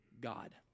God